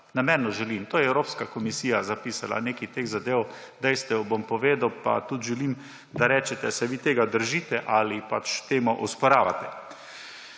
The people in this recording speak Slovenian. Namerno želim, to je Evropska komisija zapisala, nekaj teh zadev, dejstev bom povedal pa tudi želim, da poveste, ali se vi tega držite ali temu osporavate.